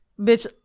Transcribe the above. Bitch